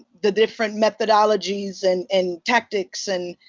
the different methodologies and and tactics and